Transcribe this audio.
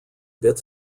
bit